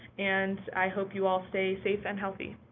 and i hope you all stay safe and healthy.